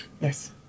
Yes